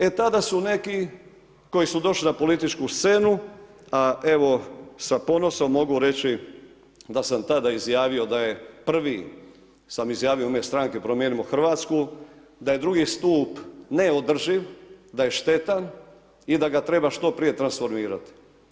E tada su neki koji su došli na političku scenu, a evo sa ponosom mogu reći da sam tada izjavio da je, prvi sam izjavio u ime Stranke Promijenimo Hrvatsku, da je drugi stup neodrživ, da je štetan i da ga treba što prije transformirati.